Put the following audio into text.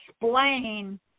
explain